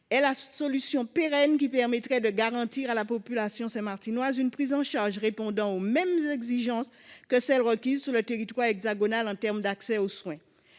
seule solution pérenne qui permettrait de garantir à la population saint-martinoise une prise en charge répondant aux mêmes exigences que celles qui sont requises sur le territoire hexagonal en termes d'accès aux soins.